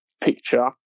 Picture